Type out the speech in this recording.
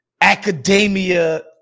academia